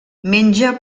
menja